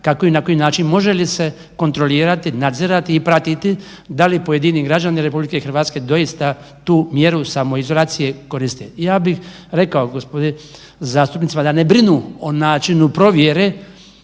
kako i na koji način i može li se kontrolirati, nadzirati i pratiti da li pojedini građani RH doista tu mjeru samoizolacije koriste. Ja bi rekao gospodi zastupnicima da ne brinu o načinu provjere